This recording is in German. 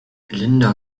linda